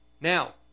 now